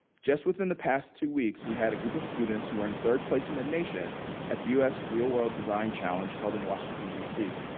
just within the past two weeks, we had a group of students who earned third place in the nation at the u s. real world design challenge held in washington, dc.